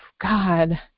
God